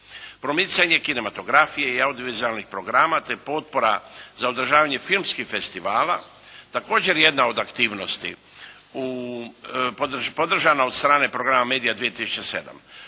Promicanje kinematografije i audio-vizualnih programa te potpora za održavanje filmskih festivala također jedna od aktivnosti, podržana od strane Programa Media 2007.